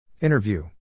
Interview